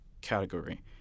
category